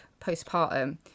postpartum